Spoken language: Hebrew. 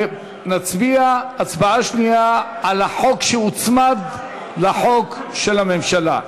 ונצביע בהצבעה השנייה על החוק שהוצמד לחוק של הממשלה.